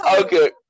okay